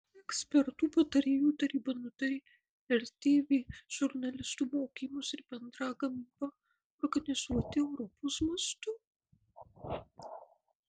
ekspertų patarėjų taryba nutarė rtv žurnalistų mokymus ir bendrą gamybą organizuoti europos mastu